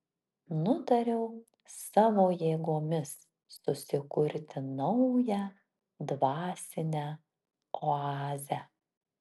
nutariau savo jėgomis susikurti naują dvasinę oazę